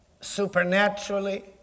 supernaturally